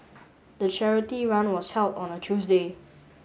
the charity run was held on a Tuesday